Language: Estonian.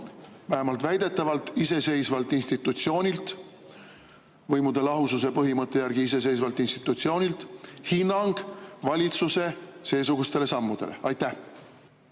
vähemalt väidetavalt iseseisvalt institutsioonilt, võimude lahususe põhimõtte järgi iseseisvalt institutsioonilt, hinnang valitsuse seesugustele sammudele. Aitäh!